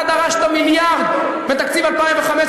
אתה דרשת מיליארד בתקציב 2015,